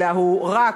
אלא הוא "רק"